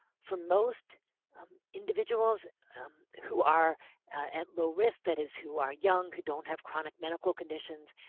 for most um individuals who are at low risk, that is who are young, who don't have chronic medical conditions,